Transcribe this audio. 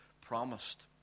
promised